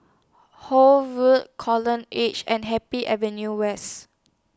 Horne Wood Coral Edge and Happy Avenue West